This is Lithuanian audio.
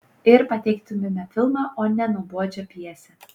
ir pateiktumėme filmą o ne nuobodžią pjesę